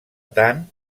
tant